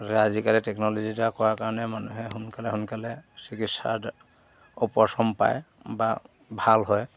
আজিকালি টেকন'লজিৰ দ্বাৰা কৰাৰ কাৰণে মানুহে সোনকালে সোনকালে চিকিৎসা উপশম পায় বা ভাল হয়